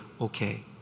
okay